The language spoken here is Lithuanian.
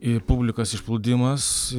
ir publikos išplūdimas